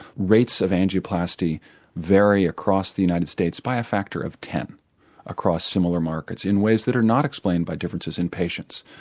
rates of angioplasty vary across the united states by a factor of ten across similar markets in ways that are not explained by differences in patients.